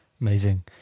amazing